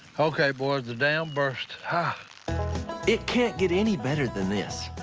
okay, boys, the dam burst. it can't get any better than this.